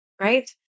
Right